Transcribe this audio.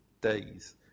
days